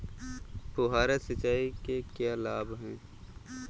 फुहारी सिंचाई के क्या लाभ हैं?